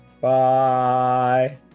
Bye